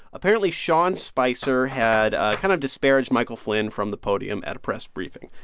apparently, sean spicer had kind of disparaged michael flynn from the podium at a press briefing.